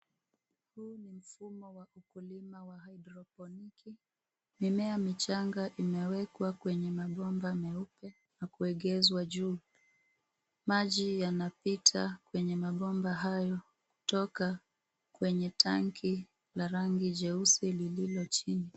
Huu ni mfumo wa ukulima wa haidroponiki, mimea michanga imewekwa kwenye mabomba meupe na kuegezwa juu. Maji yanapita kwenye mabomba hayo kutoka kwenye tanki la rangi jeusi lililo chini.